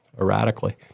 erratically